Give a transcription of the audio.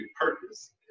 purpose